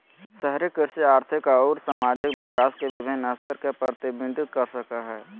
शहरी कृषि आर्थिक अउर सामाजिक विकास के विविन्न स्तर के प्रतिविंबित कर सक हई